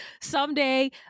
someday